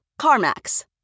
CarMax